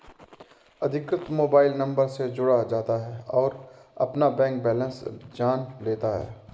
अधिकृत mobile number से जुड़ जाता है और अपना बैंक बेलेंस जान लेता है